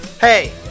Hey